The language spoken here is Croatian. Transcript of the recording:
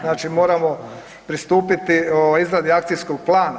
Znači moramo pristupiti ovaj izradi akcijskog plana.